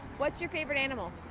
what's your favorite animal?